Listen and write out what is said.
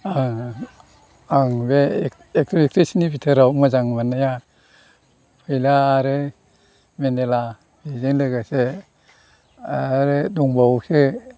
आङो आं बे एक्टर एकट्रिसनि बिथोराव मोजां मोन्नाया फैला आरो मेन्देला बेजों लोगोसे आरो दंबावोसो